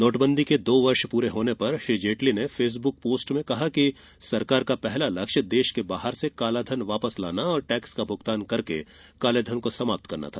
नोटबंदी के दो वर्ष पूरे होने पर श्री जेटली ने फेसबुक पोस्ट में कहा कि सरकार का पहला लक्ष्य देश के बाहर से कालाधन वापस लाना और टैक्स का भूगतान करके कालेधन को समाप्त करना था